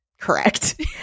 correct